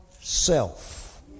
self